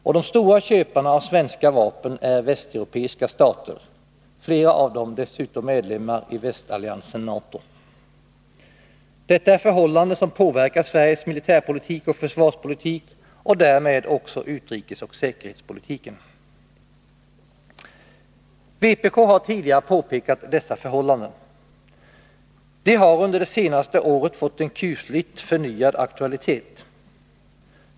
Och de stora köparna av svenska vapen är västeuropeiska stater, flera av dem dessutom medlemmar i västalliansen NATO. Detta är förhållanden som påverkar Sveriges militärpolitik och försvarspolitik samt därmed också vår utrikesoch säkerhetspolitik. Vpk har tidigare pekat på dessa förhållanden. De har under det senaste året fått en kusligt förnyad aktualitet.